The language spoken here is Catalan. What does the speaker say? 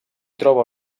troba